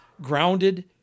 grounded